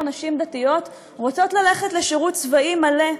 נשים דתיות רוצות ללכת לשירות צבאי מלא,